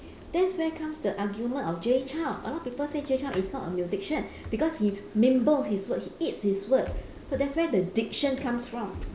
that's where comes the argument of jay chou a lot of people says jay chou is not a musician because he mumbles his words he eats his word so that's where the diction comes from